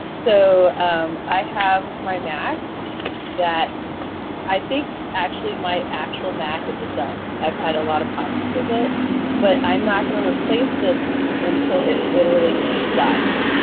so um i have my mac that i think actually, my actual mac is a dud. i've had a lot of problems with it but i'm not going to replace this until it literary dies,